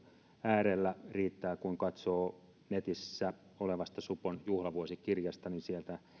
äärellä riittää kun katsoo netissä olevasta supon juhlavuosikirjasta sieltä